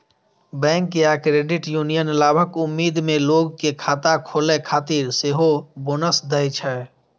bank या credit union लाभक उम्मीद मे लोग कें खाता खोलै खातिर सेहो बोनस दै छै